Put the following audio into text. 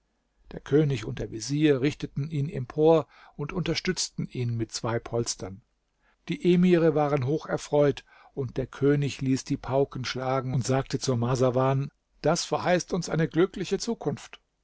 der könig und der vezier richteten ihn empor und unterstützten ihn mit zwei polstern die emire waren hoch erfreut und der könig ließ die pauken schlagen und sagte zu marsawan das verheißt uns eine glückliche zukunft